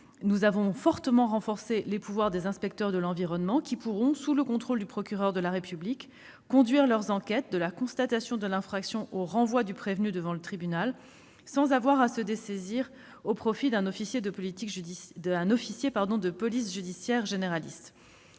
nous avons accru les pouvoirs des inspecteurs de l'environnement, qui pourront, sous contrôle du procureur de la République, conduire leurs enquêtes de la constatation de l'infraction au renvoi du prévenu devant le tribunal, sans avoir à se dessaisir au profit d'un officier de police judiciaire généraliste.